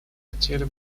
хотела